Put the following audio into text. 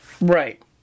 Right